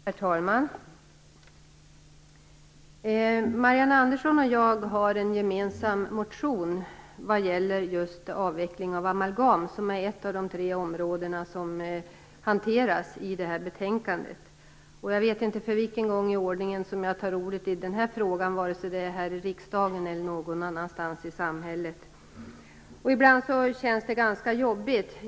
Herr talman! Marianne Andersson och jag har en gemensam motion som gäller just avveckling av amalgam. Det är ett av de tre områden som behandlas i betänkandet. Jag vet inte för vilken gång i ordningen som jag tar till orda i den här frågan här i riksdagen eller någon annanstans i samhället. Ibland känns det ganska jobbigt.